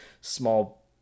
small